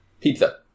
Pizza